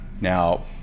now